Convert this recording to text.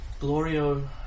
Glorio